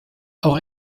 auch